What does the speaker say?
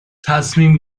تصمیم